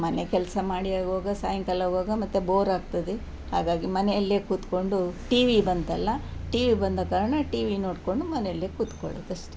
ಮನೆ ಕೆಲಸ ಮಾಡಿ ಆಗುವಾಗ ಸಾಯಂಕಾಲಾಗುವಾಗ ಮತ್ತೆ ಬೋರ್ ಆಗ್ತದೆ ಹಾಗಾಗಿ ಮನೆಯಲ್ಲೇ ಕೂತ್ಕೊಂಡು ಟಿ ವಿ ಬಂತಲ್ಲ ಟಿ ವಿ ಬಂದ ಕಾರಣ ಟಿ ವಿ ನೋಡಿಕೊಂಡು ಮನೆಯಲ್ಲೇ ಕುತ್ಕೊಳೋದು ಅಷ್ಟೇ